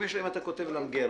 אם אתה כותב למגרה,